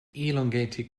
elongated